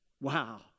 Wow